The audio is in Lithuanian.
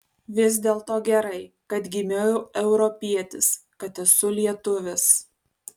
vis dėlto gerai kad gimiau europietis kad esu lietuvis